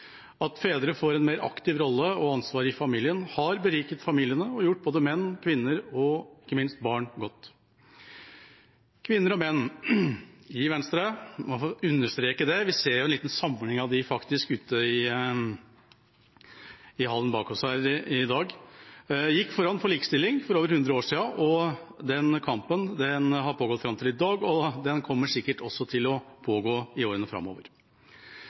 At fedre har fått en mer aktiv rolle og ansvar i familien, har beriket familiene og gjort både menn, kvinner og ikke minst barn godt. Kvinner og menn i Venstre – jeg må få understreke det, vi ser jo faktisk en liten samling av dem ute i hallen bak oss her i dag – gikk foran for likestilling for over 100 år siden. Den kampen har pågått fram til i dag, og den kommer sikkert også til å pågå i årene framover.